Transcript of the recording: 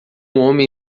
homem